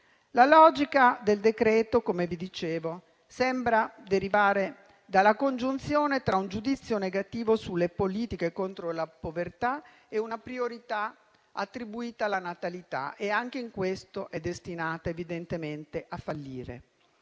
La logica del decreto, come dicevo, sembra derivare dalla congiunzione tra un giudizio negativo sulle politiche contro la povertà e una priorità attribuita alla natalità e anche in questo è destinata evidentemente a fallire.